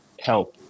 help